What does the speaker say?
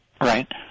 Right